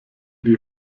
die